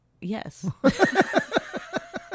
Yes